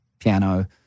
piano